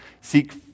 seek